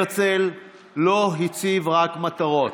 הרצל לא הציב רק מטרות,